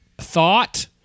thought